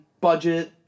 budget